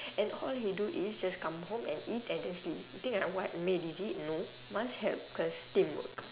and all he do is just come home and eat and then sleep he think I what maid is it no must help cause teamwork